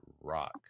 Rock